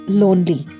lonely